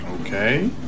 okay